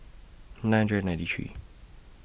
nine hundred ninety three